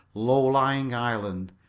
low-lying island,